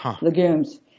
legumes